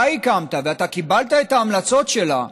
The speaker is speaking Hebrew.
שאתה הקמת, וקיבלת את ההמלצות שלה,